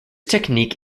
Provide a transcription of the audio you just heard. technique